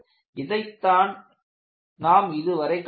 அதைத்தான் நாம் இதுவரை கண்டோம்